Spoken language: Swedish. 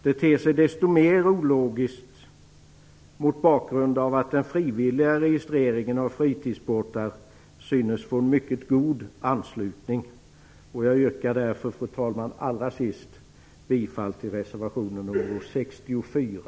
Det ter sig desto mer ologiskt mot bakgrund av att den frivilliga registreringen av fritidsbåtar synes få mycket god anslutning. Fru talman! Jag yrkar därför allra sist bifall till reservation nr 64.